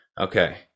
okay